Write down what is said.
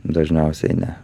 dažniausiai ne